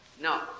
No